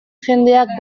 jendeak